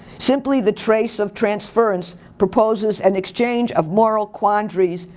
simply the trace of transference proposes an exchange of moral quandaries,